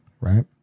right